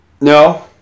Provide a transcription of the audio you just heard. no